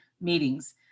meetings